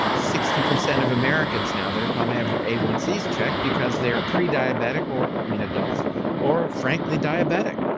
ah sixty percent of americans now, they're probably have their a one c s checked because they are pre-diabetic or. i mean adults or frankly, diabetic.